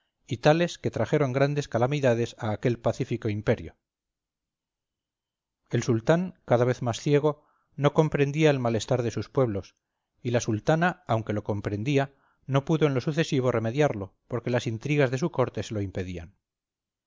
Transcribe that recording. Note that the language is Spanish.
tales que trajeron grandes calamidades a aquel pacífico imperio el sultán cada vez más ciego no comprendía el malestar de sus pueblos y la sultana aunque lo comprendía no pudo en lo sucesivo remediarlo porque las intrigas de su corte se lo impedían